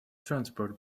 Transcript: transport